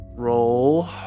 Roll